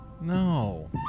No